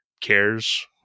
cares